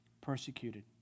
persecuted